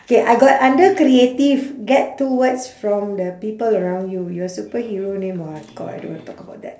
K I got under creative get two words from the people around you your superhero name !wah! god I don't want talk about that